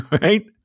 right